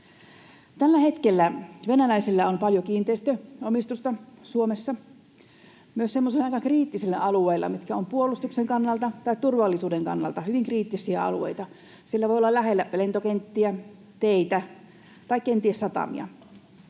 Tällä hetkellä venäläisillä on paljon kiinteistöomistusta Suomessa myös semmoisilla aika kriittisillä alueilla, mitkä ovat puolustuksen kannalta tai turvallisuuden kannalta hyvin kriittisiä alueita. Siellä voi olla lähellä lentokenttiä, teitä tai kenties satamia.